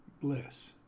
bliss